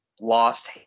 lost